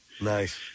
Nice